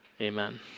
Amen